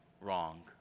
wrong